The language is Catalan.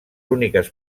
úniques